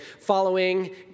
following